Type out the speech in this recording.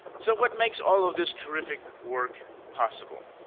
so what makes all of this terrific work possible?